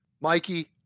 Mikey